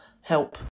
help